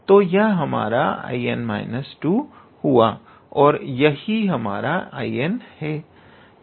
तो यह हमारा 𝐼𝑛−2 हुआ और यही हमारा 𝐼𝑛 है